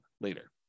later